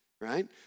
right